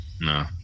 No